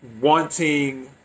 wanting